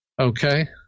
Okay